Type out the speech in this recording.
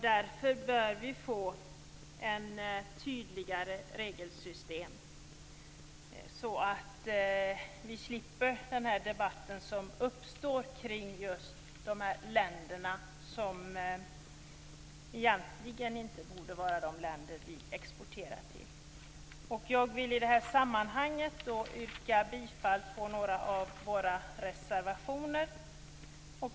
Därför bör vi få ett tydligare regelsystem så att vi slipper den debatt som uppstår kring just de länder som vi egentligen inte borde exportera till. Jag vill i det här sammanhanget yrka bifall till några av våra reservationer.